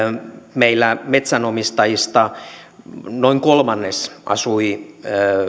meillä metsänomistajista noin kolmannes asui